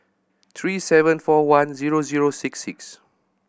three seven four one zero zero six six